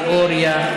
תיאוריה,